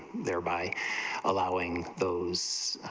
thereby allowing those